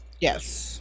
Yes